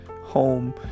home